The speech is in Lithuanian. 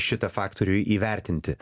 šitą faktorių įvertinti